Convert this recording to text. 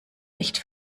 nicht